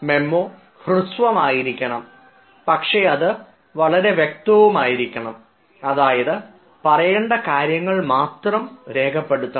memo ഹ്രസ്വമായിരിക്കണം പക്ഷേ അത് വളരെ വ്യക്തമായിരിക്കണം അതായത് പറയേണ്ട കാര്യങ്ങൾ മാത്രം രേഖപ്പെടുത്തണം